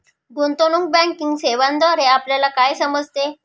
गुंतवणूक बँकिंग सेवांद्वारे आपल्याला काय समजते?